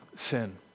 sin